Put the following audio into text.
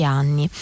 anni